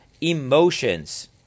emotions